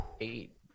eight